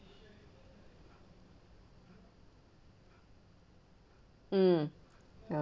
mm ya